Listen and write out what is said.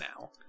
now